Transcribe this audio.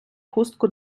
хустку